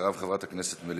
אחריו, חברת הכנסת מלינובסקי.